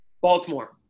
Baltimore